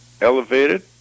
elevated